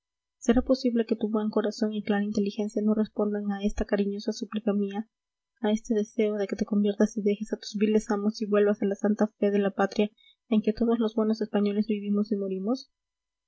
será posible que tu buen corazón y clara inteligencia no respondan a esta cariñosa súplica mía a este deseo de que te conviertas y dejes a tus viles amos y vuelvas a la santa fe de la patria en que todos los buenos españoles vivimos y morimos